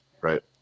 right